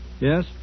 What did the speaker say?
Yes